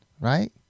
right